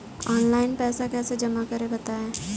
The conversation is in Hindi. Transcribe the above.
ऑनलाइन पैसा कैसे जमा करें बताएँ?